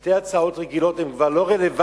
שתי הצעות רגילות, הן כבר לא רלוונטיות,